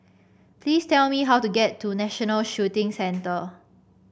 please tell me how to get to National Shooting Centre